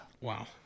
Wow